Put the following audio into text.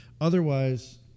Otherwise